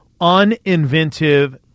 Uninventive